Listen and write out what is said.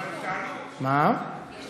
אבל יש לי